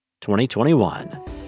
2021